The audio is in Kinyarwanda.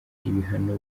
ibihano